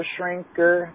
Shrinker